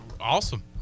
Awesome